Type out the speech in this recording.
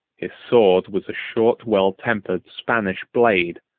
his sword was a short well-tempered spanish blade,